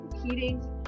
competing